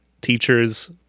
teachers